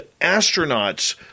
astronauts